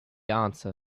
answer